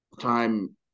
time